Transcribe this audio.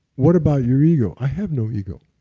what about your ego? i have no ego.